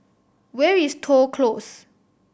where is Toh Close